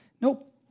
Nope